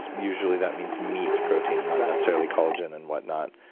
um usually that means meat protein, not necessarily collagen and what not,